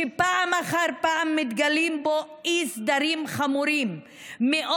שפעם אחר פעם מתגלים בו אי-סדרים חמורים מאוד,